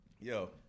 Yo